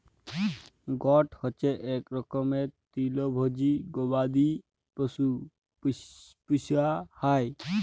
goat হচ্যে ইক রকমের তৃলভজী গবাদি পশু পূষা হ্যয়